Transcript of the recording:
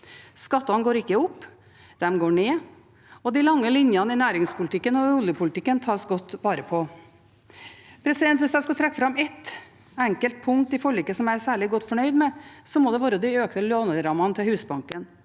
Skattene går ikke opp, de går ned. De lange linjene i næringspolitikken og oljepolitikken tas godt vare på. Hvis jeg skal trekke fram ett enkelt punkt i forliket som jeg er særlig godt fornøyd med, må det være de økte lånerammene til Husbanken.